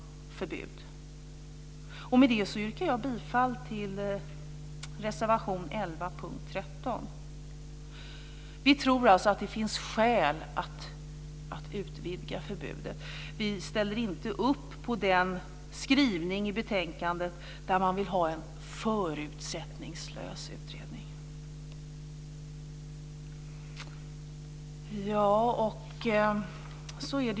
Med det yrkar jag bifall till reservation 11 under punkt 13.